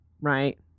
right